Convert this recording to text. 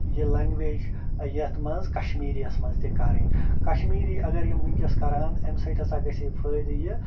یہِ لنگویج یتھ مَنٛز کشمیٖری یَس مَنٛز تہِ کرٕنۍ کشمیٖری اگر یِم وُنکٮ۪س کَرہن اَمہِ سۭتۍ ہَسا گَژھِ ہے فٲیدٕ یہِ